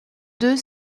deux